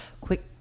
quick